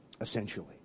essentially